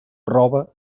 roba